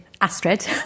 Astrid